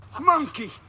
monkey